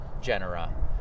genera